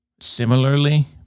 Similarly